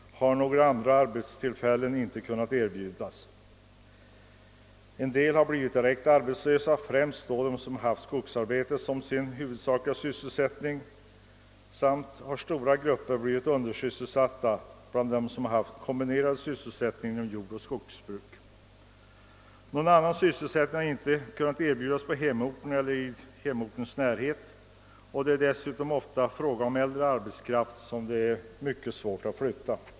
Några andra arbetstillfällen har inte heller kunnat erbjudas. Många människor har blivit arbetslösa, främst de som har haft skogsarbete som sin huvudsakliga sysselsättning, och stora grupper av dem som haft kombinerad sysselsättning inom jordoch skogsbruk har blivit undersysselsatta. Någon annan sysselsättning har de inte kunnat få på hemorten eller i dess närhet. Dessutom är det ofta den äldre arbetskraften som berörs, och den är mycket svår att flytta.